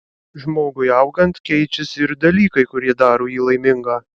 žmogui augant keičiasi ir dalykai kurie daro jį laimingą